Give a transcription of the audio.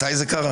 מתי זה קרה?